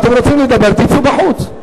אתם רוצים לדבר, תצאו בחוץ.